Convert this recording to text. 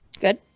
good